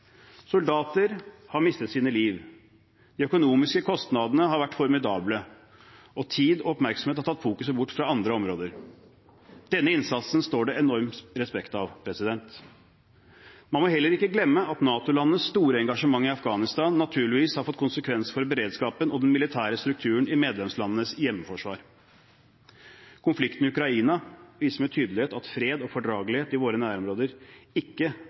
Soldater har mistet sitt liv, de økonomiske kostnadene har vært formidable og tid og oppmerksomhet har tatt fokuset bort fra andre områder. Denne innsatsen står det enorm respekt av. Man må heller ikke glemme at NATO-landenes store engasjement i Afghanistan naturligvis har fått konsekvenser for beredskapen og den militære strukturen i medlemslandenes hjemmeforsvar. Konflikten i Ukraina viser med tydelighet at fred og fordragelighet i våre nærområder ikke